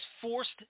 forced